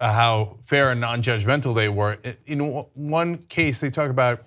ah how fair and nonjudgmental they were taught in one case they talked about,